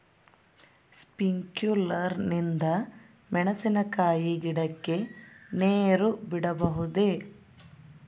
Sprinkler ನಿಂದ ಮೆಣಸಿನಕಾಯಿ ಗಿಡಕ್ಕೆ ನೇರು ಬಿಡಬಹುದೆ?